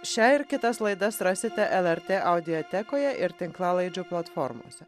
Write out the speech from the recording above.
šią ir kitas laidas rasite lrt audiotekoje ir tinklalaidžių platformose